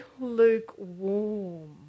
lukewarm